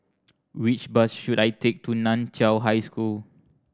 which bus should I take to Nan Chiau High School